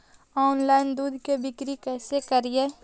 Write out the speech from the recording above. Online दुध के बिक्री कैसे करि?